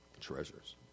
treasures